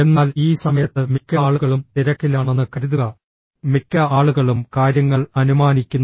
എന്നാൽ ഈ സമയത്ത് മിക്ക ആളുകളും തിരക്കിലാണെന്ന് കരുതുക മിക്ക ആളുകളും കാര്യങ്ങൾ അനുമാനിക്കുന്നു